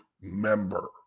member